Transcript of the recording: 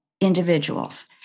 individuals